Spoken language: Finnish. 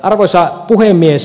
arvoisa puhemies